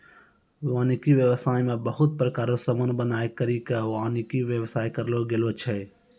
वानिकी व्याबसाय मे बहुत प्रकार रो समान बनाय करि के वानिकी व्याबसाय करलो गेलो छै